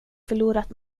förlorat